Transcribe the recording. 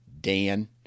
Dan